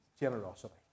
generosity